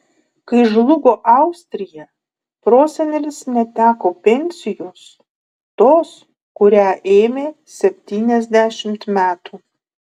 kai žlugo austrija prosenelis neteko pensijos tos kurią ėmė septyniasdešimt metų